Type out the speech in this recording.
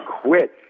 quit